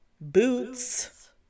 Boots